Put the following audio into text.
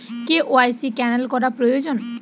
KYC cancel করা প্রয়োজন?